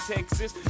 Texas